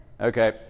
Okay